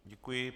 Děkuji.